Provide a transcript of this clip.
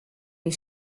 wie